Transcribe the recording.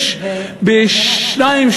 ורק בשניים,